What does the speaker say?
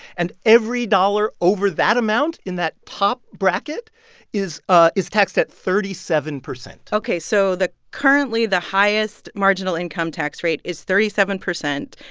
and every dollar over that amount in that top bracket is ah is taxed at thirty seven percent ok, so currently, the highest marginal income tax rate is thirty seven percent.